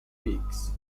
weeks